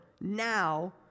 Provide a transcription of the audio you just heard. now